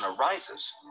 arises